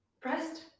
pressed